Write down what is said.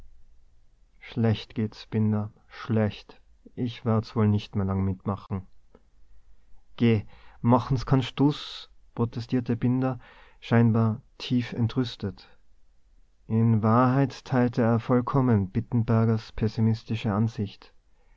schlecht geht's binder schlecht ich werd wohl nicht mehr lang mitmachen gell mache se kaan stuß protestierte binder scheinbar tief entrüstet in wahrheit teilte er vollkommen bittenbergers pessimistische ansicht